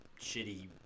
shitty